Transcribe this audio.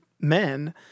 men